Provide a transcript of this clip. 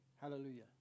Hallelujah